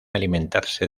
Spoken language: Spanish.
alimentarse